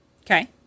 Okay